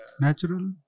natural